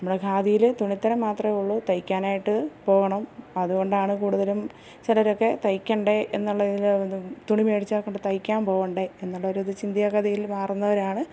നമ്മുടെ ഖാദിയിൽ തുണിത്തരം മാത്രവേ ഉള്ളു തയ്ക്കാനായിട്ട് പോകണം അതുകൊണ്ടാണ് കൂടുതലും ചിലരൊക്കെ തയ്ക്കണ്ടേ എന്നുള്ള ഇതില് തുണി മേടിച്ചത് കൊണ്ട് തയ്ക്കാൻ പോകണ്ടേ എന്നുള്ള ഒരു ഇത് ചിന്താ ഗതിയിൽ മാറുന്നവരാണ്